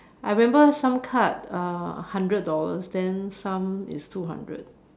I remember some cards uh hundred dollars then some is two hundred